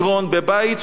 בבית שהוא,